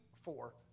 four